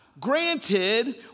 granted